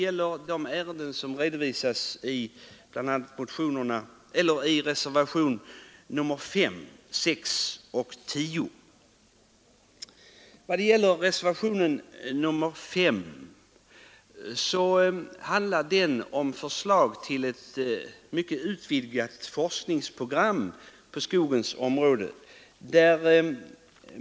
Förslagen redovisas i reservationerna 5, 6 och 10. Reservationen 5 innehåller förslag till ett starkt utvidgat forskningsprogram på skogens område.